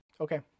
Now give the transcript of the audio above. Okay